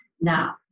Now